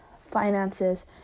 finances